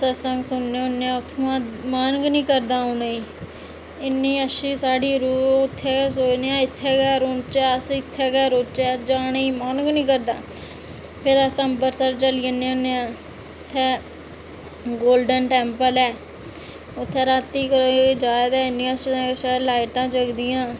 सत्संग सुनने होन्ने आं उत्थां मन निं करदा औने गी इन्नी अच्छी साढ़ी रूह सोचने आं इत्थै गै रौहचै अस इत्थै गै रौहचै अस जाने गी मन निं करदा फिर अस अंबरसर चली जन्ने होन्ने आं उत्थै गोल्डन टैम्पल ऐ उत्थै रातीं कोई जादै इन्नी शैल लाइटां जगदियां